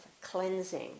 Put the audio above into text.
cleansing